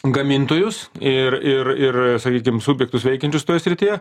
gamintojus ir ir ir sakykim subjektus veikiančius toje srityje